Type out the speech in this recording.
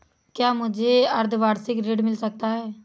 क्या मुझे अर्धवार्षिक ऋण मिल सकता है?